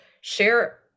share